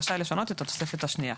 רשאי לשנות את התוספת השנייה.